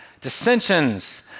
dissensions